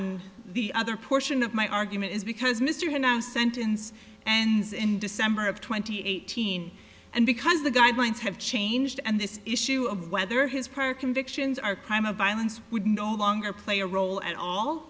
on the other portion of my argument is because mr had no sentence ends in december of twenty eighteen and because the guidelines have changed and this issue of whether his per convictions our crime of violence would no longer play a role at all